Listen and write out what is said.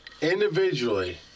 individually